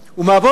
האומנם?